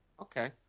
okay